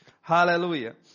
Hallelujah